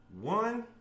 One